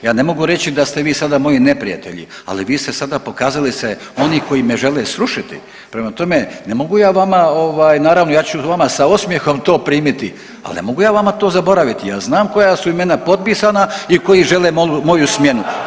Ja ne mogu reći sada da ste vi sada moji neprijatelji, ali vi ste sada pokazali se oni koji me žele srušiti, prema tome, ne mogu ja vama, naravno, ja ću vama sa osmjehom to primiti, ali ne mogu ja vama to zaboraviti, ja znam koja su imena potpisana i koji žele moju smjenu.